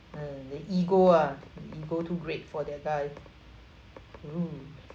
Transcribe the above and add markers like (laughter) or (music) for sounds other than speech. mm the ego ah the ego too great for that guy (noise)